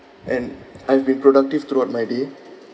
and I've been productive throughout my day